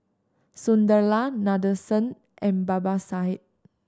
Sunderlal Nadesan and Babasaheb